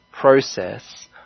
process